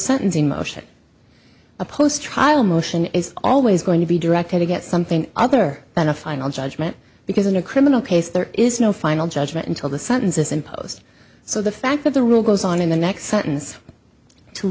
sentencing motion a post trial motion is always going to be directed to get something other than a final judgement because in a criminal case there is no final judgment until the sentences imposed so the fact that the rule goes on in the next sentence to